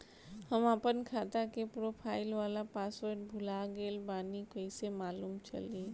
हम आपन खाता के प्रोफाइल वाला पासवर्ड भुला गेल बानी कइसे मालूम चली?